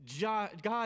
God